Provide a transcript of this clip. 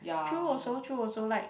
true also true also like